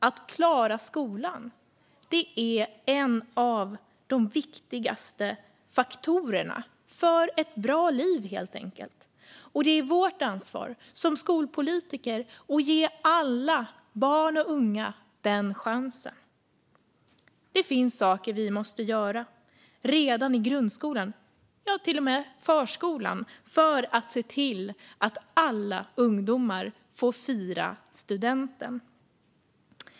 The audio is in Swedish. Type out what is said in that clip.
Att klara skolan är helt enkelt en av de viktigaste faktorerna för ett bra liv, och det är vårt ansvar som skolpolitiker att ge alla barn och unga den chansen. Det finns saker vi måste göra redan i grundskolan och till och med i förskolan för att se till att alla ungdomar får fira studenten.